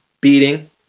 beating